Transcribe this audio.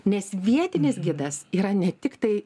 nes vietinis gidas yra ne tiktai